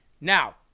Now